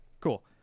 cool